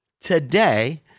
today